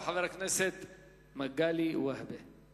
עכשיו, אדוני, אתה כבר לקחת ממני שלוש דקות.